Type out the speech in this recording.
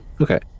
okay